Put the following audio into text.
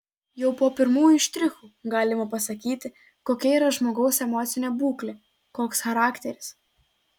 jau po pirmųjų štrichų galima pasakyti kokia yra žmogaus emocinė būklė koks charakteris